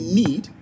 need